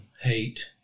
hate